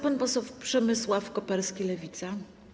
Pan poseł Przemysław Koperski, Lewica.